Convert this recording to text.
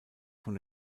von